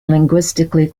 linguistically